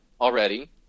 already